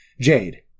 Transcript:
Jade